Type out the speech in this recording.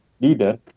leader